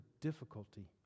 difficulty